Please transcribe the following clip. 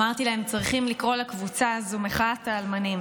אמרתי להם: צריכים לקרוא לקבוצה הזו "מחאת האלמנים"